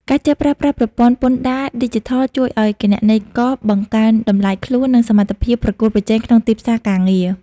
ការចេះប្រើប្រាស់ប្រព័ន្ធពន្ធដារឌីជីថលជួយឱ្យគណនេយ្យករបង្កើនតម្លៃខ្លួន និងសមត្ថភាពប្រកួតប្រជែងក្នុងទីផ្សារការងារ។